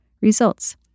results